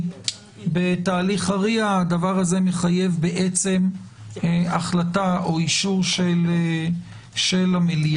מהותי בתהליך הרי"ע זה מחייב בעצם החלטה או אישור של המליאה.